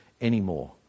anymore